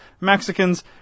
Mexicans